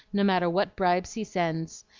no matter what bribes he sends,